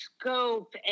scope